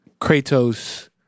Kratos